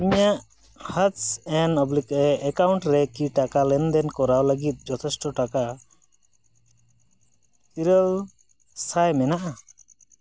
ᱤᱧᱟᱹᱜ ᱦᱟᱨᱡᱽ ᱮᱱ ᱚᱵᱽᱞᱤᱠ ᱮ ᱮᱠᱟᱣᱩᱱᱴᱨᱮ ᱠᱤ ᱴᱟᱠᱟ ᱞᱮᱱᱫᱮᱱ ᱠᱚᱨᱟᱣ ᱞᱟᱹᱜᱤᱫ ᱡᱚᱛᱷᱮᱥᱴᱚ ᱴᱟᱠᱟ ᱤᱨᱟᱹᱞ ᱥᱟᱭ ᱢᱮᱱᱟᱜᱼᱟ